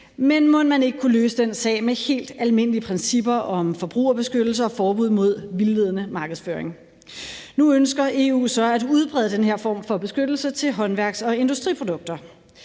men mon man ikke kunne løse den sag med helt almindelige principper om forbrugerbeskyttelse og forbud mod vildledende markedsføring? Nu ønsker EU så at udbrede den her form for beskyttelse til håndværks- og industriprodukter.